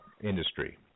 industry